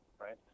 right